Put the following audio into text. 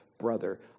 Brother